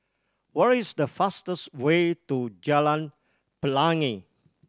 what is the fastest way to Jalan Pelangi